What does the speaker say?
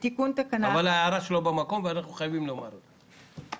אבל ההערה של איתי במקום ואנחנו חייבים לומר את זה.